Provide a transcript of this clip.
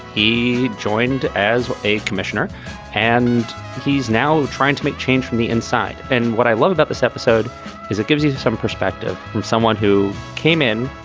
he joined as a commissioner and he's now trying to make change from the inside and what i love about this episode is it gives you some perspective from someone who came in,